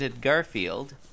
garfield